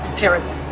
parents.